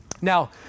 Now